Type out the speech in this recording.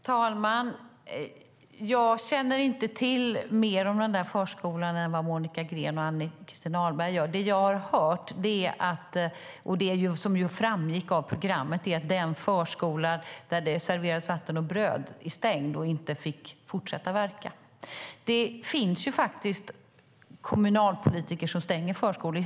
Herr talman! Jag känner inte till mer om den där förskolan än vad Monica Green och Ann-Christin Ahlberg gör. Det jag har hört, och som framgick av programmet, är att den förskola där det serverades vatten och bröd är stängd och inte fick fortsätta verka. Det finns faktiskt kommunalpolitiker som stänger förskolor.